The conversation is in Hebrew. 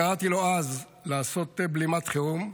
קראתי לו אז לעשות בלימת חירום.